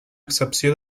excepció